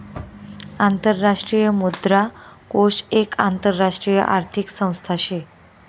आंतरराष्ट्रीय मुद्रा कोष एक आंतरराष्ट्रीय आर्थिक संस्था शे